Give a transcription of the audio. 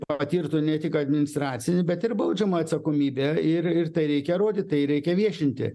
patirtų ne tik administracinę bet ir baudžiamąją atsakomybę ir ir tai reikia rodyt tai reikia viešinti